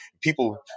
people –